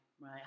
Right